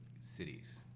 cities